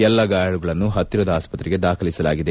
ಎಲ್ಲ ಗಾಯಾಳುಗಳನ್ನೂ ಪತ್ತಿರದ ಆಸ್ತ್ರೆಗೆ ದಾಖಲಿಸಲಾಗಿದೆ